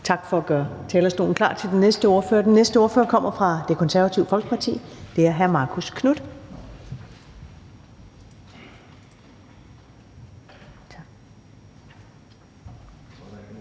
Tak for at gøre talerstolen klar til den næste ordfører. Den næste ordfører kommer fra Det Konservative Folkeparti. Det er hr. Marcus Knuth.